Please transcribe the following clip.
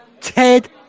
Ted